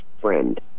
friend